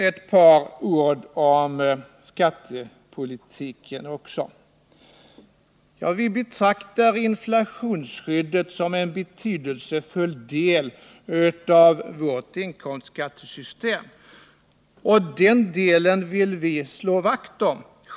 Ett par ord om skattepolitiken också. Vi betraktar inflationsskyddet som en betydelsefull del av vårt inkomstskattesystem. Den delen vill vi slå vakt om.